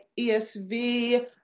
ESV